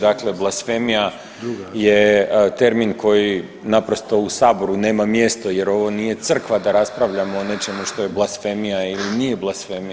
Dakle, blasfemija je termin koji naprosto u saboru nema mjesto jer ovo nije crkva da raspravljamo o nečemu što je blasfemija ili nije blasfemija.